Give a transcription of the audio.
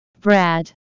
Brad